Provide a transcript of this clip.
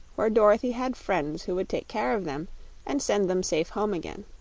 where dorothy had friends who would take care of them and send them safe home again.